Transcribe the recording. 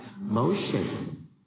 Motion